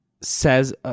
says